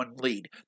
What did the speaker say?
lead